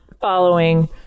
following